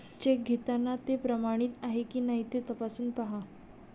check घेताना ते प्रमाणित आहे की नाही ते तपासून पाहा